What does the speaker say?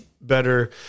better